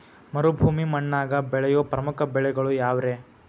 ಮರುಭೂಮಿ ಮಣ್ಣಾಗ ಬೆಳೆಯೋ ಪ್ರಮುಖ ಬೆಳೆಗಳು ಯಾವ್ರೇ?